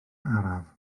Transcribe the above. araf